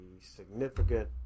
significant